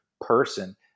person